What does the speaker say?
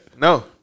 No